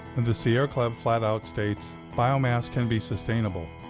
and the sierra club flat out states, biomass can be sustainable.